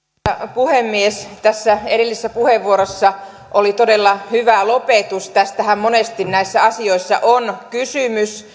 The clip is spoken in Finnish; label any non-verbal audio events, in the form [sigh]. puhemies edellisessä puheenvuorossa oli todella hyvä lopetus tästähän monesti näissä asioissa on kysymys [unintelligible]